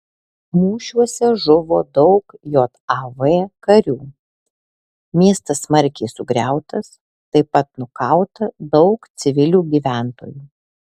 mūšiuose žuvo daug jav karių miestas smarkiai sugriautas taip pat nukauta daug civilių gyventojų